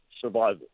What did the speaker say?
survival